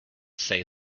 say